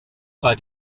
bei